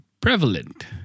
prevalent